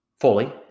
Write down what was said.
Fully